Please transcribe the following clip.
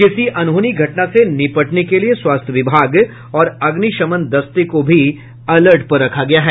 किसी अनहोनी घटना से निपटने के लिये स्वास्थ्य विभाग और अग्निशमन दस्ते को भी अलर्ट पर रखा गया है